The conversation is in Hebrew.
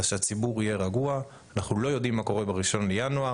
אנחנו לא יודעים מה יקרה ב-1 בינואר,